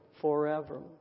forever